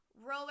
roller